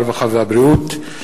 הרווחה והבריאות,